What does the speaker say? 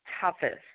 toughest